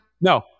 No